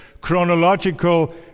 chronological